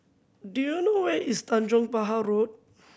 do you know where is Tanjong Pahar Road